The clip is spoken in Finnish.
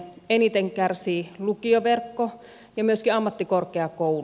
eniten kärsii lukioverkko ja myöskin ammattikorkeakoulu